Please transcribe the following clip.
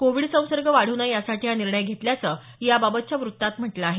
Covid संसर्ग वाढू नये यासाठी हा निर्णय घेतल्याचं याबाबतच्या वृत्तात म्हटलं आहे